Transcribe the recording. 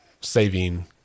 saving